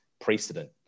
precedent